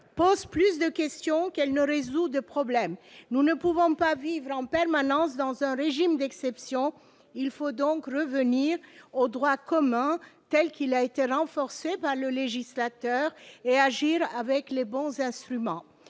pose plus de questions qu'elle ne résout de problèmes. Nous ne pouvons pas vivre en permanence dans un régime d'exception. Il faut donc revenir au droit commun, tel qu'il a été renforcé par le législateur et agir avec les bons instruments.